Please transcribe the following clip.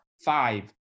five